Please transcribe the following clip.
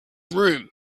room